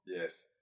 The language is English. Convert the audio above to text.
Yes